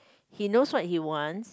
he knows what he wants